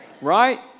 Right